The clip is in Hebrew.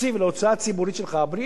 בלי להגדיל את הגירעון שלך.